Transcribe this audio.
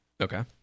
Okay